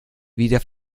wieder